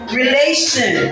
relation